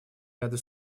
ряда